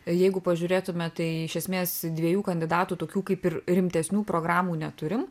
jeigu pažiūrėtume tai iš esmės dviejų kandidatų tokių kaip ir rimtesnių programų neturim